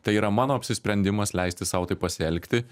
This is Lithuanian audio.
tai yra mano apsisprendimas leisti sau taip pasielgti